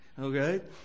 okay